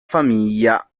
famiglia